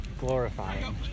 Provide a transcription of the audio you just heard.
Glorifying